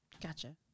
Gotcha